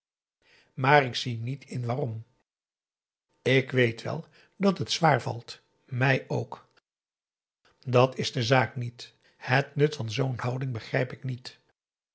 maar ik zie niet in waarom ik weet wel dat het zwaar valt mij ook dat is de zaak niet het nut van zoo'n houding begrijp ik niet